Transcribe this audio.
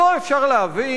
אותו אפשר להביא.